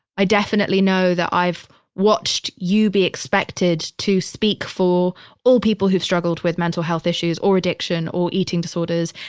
i definitely know that i've watched you be expected to speak for all people who've struggled with mental health issues or addiction or eating disorders,